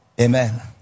Amen